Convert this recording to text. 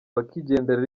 bakigendera